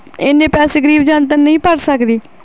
ਇੰਨੇ ਪੈਸੇ ਗਰੀਬ ਜਨਤਾ ਨਹੀਂ ਭਰ ਸਕਦੀ